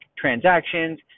transactions